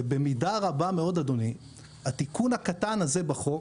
ובמידה רבה מאוד, אדוני, התיקון הקטן הזה בחוק